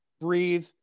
breathe